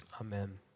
Amen